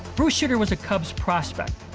bruce sutter was a cubs prospect,